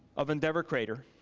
of endeavor crater.